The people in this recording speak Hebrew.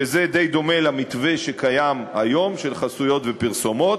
שזה די דומה למתווה שקיים היום של חסויות ופרסומות,